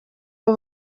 abo